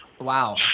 Wow